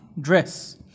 dress